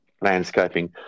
landscaping